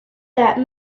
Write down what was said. that